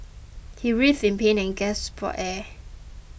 he writhed in pain and gasped for air